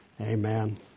Amen